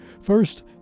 First